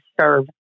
serve